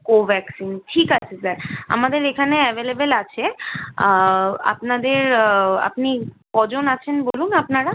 কোভ্যাকসিন ঠিক আছে স্যার আমাদের এখানে অ্যাভেলেভেল আছে আপনাদের আপনি ক জন আছেন বলুন আপনারা